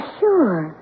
sure